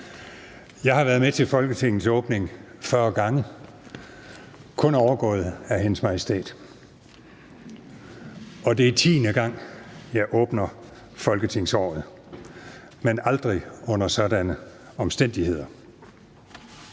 Jeg har været med til Folketingets åbning 40 gange – kun overgået af Hendes Majestæt – og det er 10. gang, jeg åbner folketingsåret, men aldrig under sådanne omstændigheder.